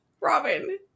Robin